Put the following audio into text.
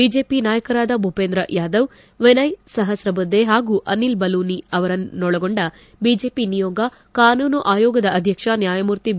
BJP ನಾಯಕರಾದ Bhupender Yadav Vinay Sahasrabuddhe ಹಾಗೂ ಅನಿಲ್ ಬಲೂನಿ ಅವರೊನ್ನೊಳಗೊಂಡ ಬಿಜೆಪಿ ನಿಯೋಗ ಕಾನೂನು ಆಯೋಗದ ಅಧ್ಯಕ್ಷ ನ್ವಾಯಮೂರ್ತಿ ಬಿ